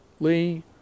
Lee